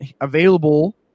available